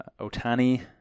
Otani